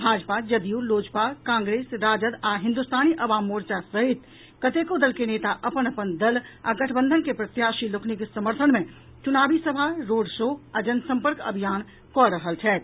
भाजपा जदयू लोजपा कांग्रेस राजद आ हिन्दुस्तानी अवाम मोर्चा सहित कतेको दल के नेता अपन अपन दल आ गठबंधन के प्रत्याशी लोकनिक समर्थन मे चुनावी सभा रोड शो आ जनसम्पर्क अभियान कऽ रहल छथि